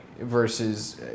versus